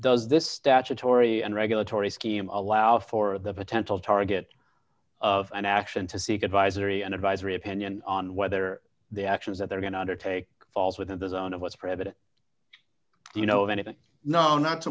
does this statutory and regulatory scheme allow for the potential target of an action to seek advisory and advisory opinion on whether the actions that they're going to undertake falls within the zone of what's private you know anything no not to